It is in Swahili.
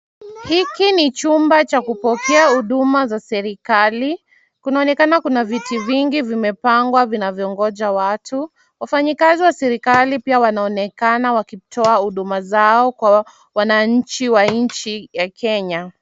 Hiki ni chumba cha kupokea huduma za serikali. Kunaonekana kuna viti vingi, vimepangwa vinavyongoja watu. Wafanyakazi wa serikali pia wanaonekana wakitoa huduma zao kwa wananichi wa nchi ya Kenya.